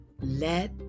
Let